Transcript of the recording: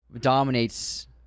dominates